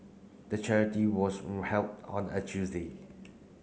the charity was held on a Tuesday